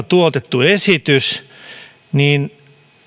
tuotettu esitys niin